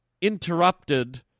interrupted